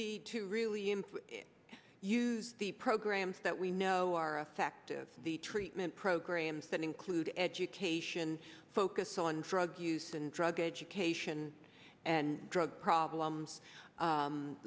and use the programs that we know are effective the treatment programs that include education focus on drug use and drug education and drug problems